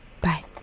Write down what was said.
Bye